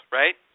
right